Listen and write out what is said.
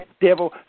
devil